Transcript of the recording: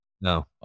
no